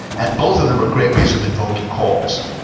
and both of them are great ways of invoking calls.